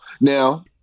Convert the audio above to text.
Now